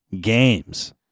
games